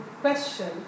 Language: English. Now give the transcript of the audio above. question